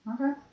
Okay